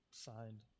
Signed